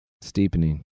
Steepening